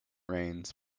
rains